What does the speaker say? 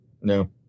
No